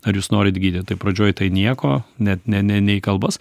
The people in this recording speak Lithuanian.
ar jūs norit gydyt tai pradžioj tai nieko net ne ne ne į kalbas